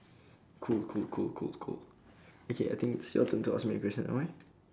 cool cool cool cool cool okay I think it's your turn to ask me a question